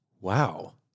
Wow